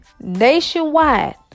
nationwide